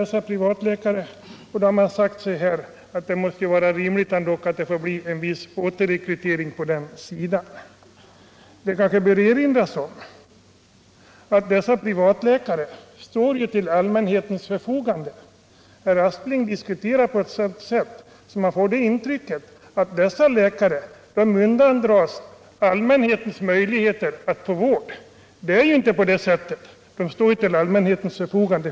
Som det här tidigare har sagts är det rimligt att det får bli en viss återrekrytering till den delen av läkarkåren. Det kanske bör erinras om att privatläkarna står till allmänhetens förfogande. Herr Aspling diskuterar på ett sådant sätt att man får intrycket att dessa läkare undandras den vårdsökande allmänheten. Det är inte - Nr 49 på det sättet utan de står självfallet till allmänhetens förfogande.